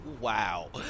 Wow